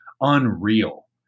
unreal